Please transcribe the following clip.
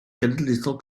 genedlaethol